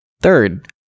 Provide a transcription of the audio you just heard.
Third